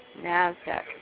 NASDAQ